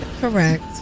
correct